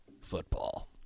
football